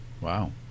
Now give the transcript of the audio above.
Wow